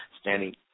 standing